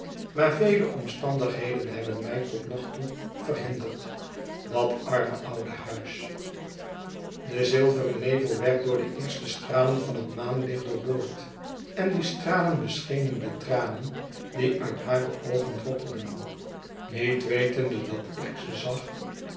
maar vele omstandigheden hebben mij tot nog toe verhinderd dat arme oude huis de zilveren nevel werd door de eerste stralen van het maanlicht doorboord en die stralen beschenen de tranen die uit hare oogen droppelden niet wetende dat ik ze zag